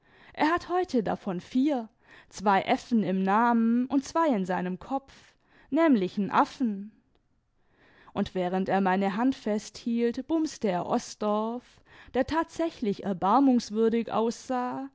er hat heute davon vier zwei fn im namen und zwei in seinem kopf nämlich n affen und während er meine hand festhielt bumste er osdorff der tatsächlich erbarmungswürdig aussah